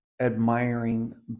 admiring